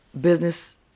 business